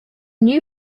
new